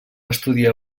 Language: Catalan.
estudiar